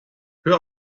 hör